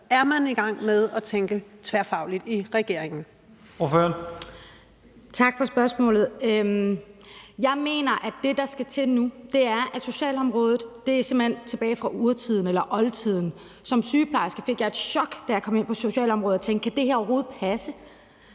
er man i gang med at tænke tværfagligt i regeringen?